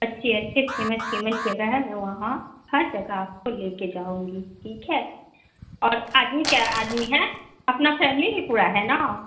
अच्छे अच्छे famous famous जगह है मैं वहाँ हर जगह आपको लेकर जाऊँगी ठीक है और आदमी क्या आदमी हैं अपना फैमिली भी पूरा है ना